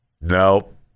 Nope